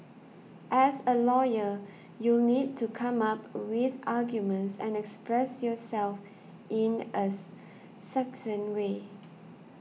as a lawyer you'll need to come up with arguments and express yourself in as succinct way